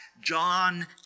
John